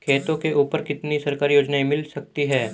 खेतों के ऊपर कितनी सरकारी योजनाएं मिल सकती हैं?